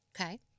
Okay